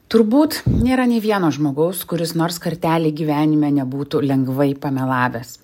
turbūt nėra nė vieno žmogaus kuris nors kartelį gyvenime nebūtų lengvai pamelavęs